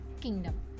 kingdom